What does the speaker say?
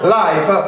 life